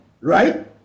right